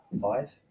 Five